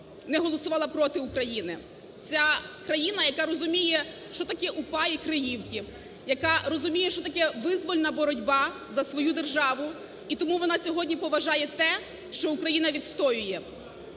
не голосувала проти України. Ця країна, яка розуміє, що таке УПА і криївки, яка розуміє, що таке визвольна боротьба за свою державу. І тому вона сьогодні поважає те, що Україна відстоює.